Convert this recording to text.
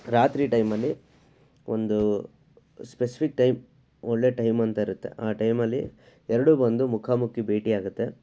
ರಾತ್ರಿ ಟೈಮಲ್ಲಿ ಒಂದು ಸ್ಪೆಸಿಫಿಕ್ ಟೈಮ್ ಒಳ್ಳೆ ಟೈಮಂತ ಇರುತ್ತೆ ಆ ಟೈಮಲ್ಲಿ ಎರಡೂ ಬಂದು ಮುಖಾಮುಖಿ ಭೇಟಿಯಾಗುತ್ತೆ